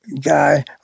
guy